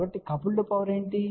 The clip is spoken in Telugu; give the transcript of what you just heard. కాబట్టి కపుల్డ్ పవర్ అంటే ఏమిటి